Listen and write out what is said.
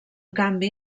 canvi